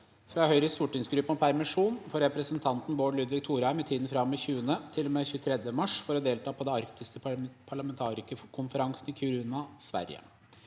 fra Høyres stortingsgruppe om permisjon for representanten Bård Ludvig Thorheim i tiden fra og med 20. til og med 23. mars for å delta på den arktiske parlamentarikerkonferansen i Kiruna, Sverige